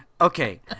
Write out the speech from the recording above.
okay